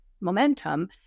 momentum